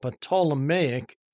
Ptolemaic